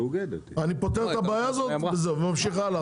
אני פותר את הבעיה הזו וממשיך הלאה.